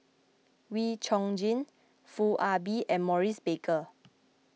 Wee Chong Jin Foo Ah Bee and Maurice Baker